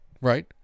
right